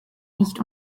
nicht